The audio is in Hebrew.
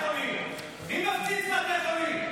מי מפציץ בתי חולים?